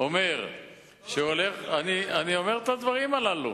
אני אומר את הדברים הללו,